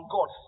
God